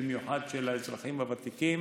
במיוחד של האזרחים הוותיקים.